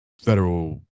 federal